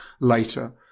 later